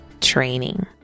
training